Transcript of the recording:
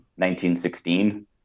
1916